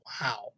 wow